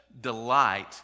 delight